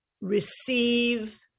receive